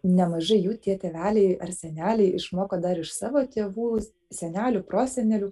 nemažai jų tie tėveliai ar seneliai išmoko dar iš savo tėvų senelių prosenelių